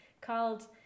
called